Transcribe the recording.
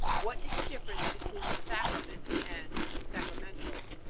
what is the difference between the sacraments and the sacramentals?